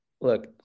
look